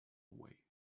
away